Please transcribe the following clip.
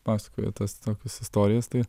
pasakoja tas tokias istorijas tai